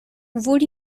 would